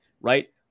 right